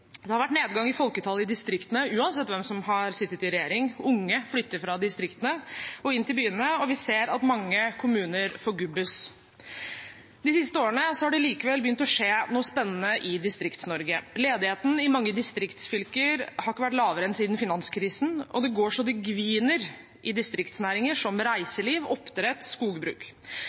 Det har vært nedgang i folketall i distriktene uansett hvem som har sittet i regjering. Unge flytter fra distriktene og inn til byene, og vi ser at mange kommuner «forgubbes». De siste årene har det likevel begynt å skje noe spennende i Distrikts-Norge. Ledigheten i mange distriktsfylker har ikke vært lavere siden finanskrisen. Det går så det griner i distriktsnæringer som reiseliv, oppdrett og skogbruk.